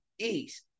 east